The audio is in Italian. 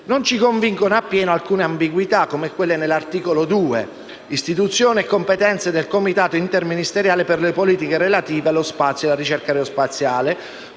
Non ci convincono appieno alcune ambiguità, come quelle presenti nell'articolo 2, intitolato «Istituzione e competenze del Comitato interministeriale per le politiche relative allo spazio e alla ricerca aerospaziale»,